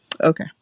Okay